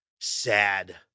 sad